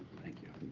thank you.